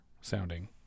sounding